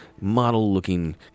model-looking